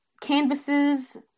canvases